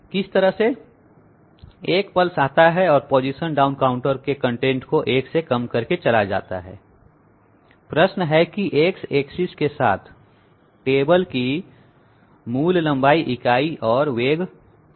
1 pulse आता है और पोजीशन डाउन काउंटर के कंटेंट को 1 से कम करके चला जाता हैप्रश्न है कि X एक्सीस के साथ टेबल की मूल लंबाई इकाई और वेग क्या है